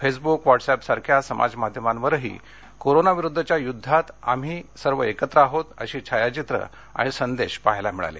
Facebook WhatsApp यांसारख्या समाजमाध्यमांवरही corona विरुद्धच्या युद्धात आम्ही सर्व एकत्र आहोत अशी छायचित्रे आणि संदेश पहायला मिळाले